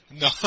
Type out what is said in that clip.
no